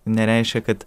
nereiškia kad